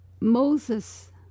Moses